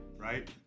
right